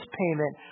payment